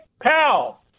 pal